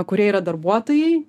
kurie yra darbuotojai